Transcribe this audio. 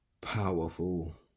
powerful